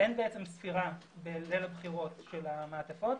אין ספירה בליל הבחירות של המעטפות.